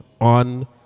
on